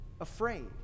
afraid